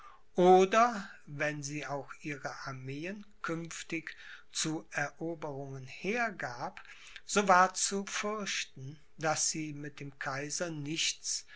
oder wenn sie auch ihre armeen künftig zu eroberungen hergab so war zu fürchten daß sie mit dem kaiser nichts